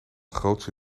grootse